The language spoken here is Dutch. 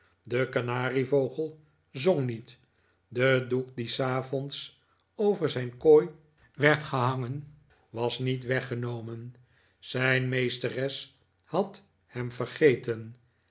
de kanarievpgel zong niet de doek die s avonds over zijn kooi werd gehangen was niet weggenomen zijn meesteres had hem vergeten